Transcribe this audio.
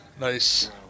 Nice